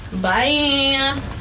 Bye